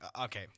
okay